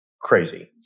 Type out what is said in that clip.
crazy